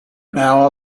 hour